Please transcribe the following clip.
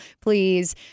please